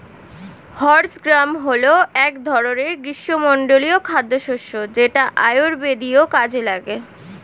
horse gram হল এক ধরনের গ্রীষ্মমণ্ডলীয় খাদ্যশস্য যেটা আয়ুর্বেদীয় কাজে লাগে